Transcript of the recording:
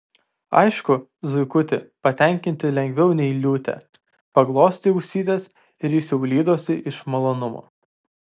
aišku zuikutį patenkinti lengviau nei liūtę paglostei ausytes ir jis jau lydosi iš malonumo